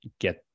get